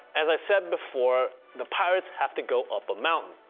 as i said before the pirates have to go up a mountain.